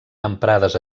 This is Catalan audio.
emprades